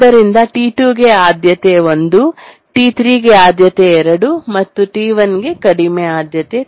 ಆದ್ದರಿಂದ T2 ಗೆ ಆದ್ಯತೆ 1 T3 ಗೆ ಆದ್ಯತೆ 2 ಮತ್ತು T1 ಗೆ ಕಡಿಮೆ ಆದ್ಯತೆ